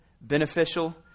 beneficial